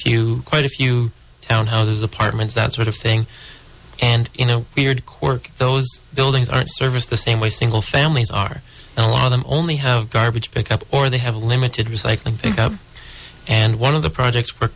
few quite a few townhouses apartments that sort of thing and you know beared quirk those buildings aren't service the same way single families are and a lot of them only have garbage pickup or they have limited recycling and one of the projects